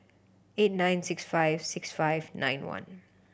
eight nine six five six five nine one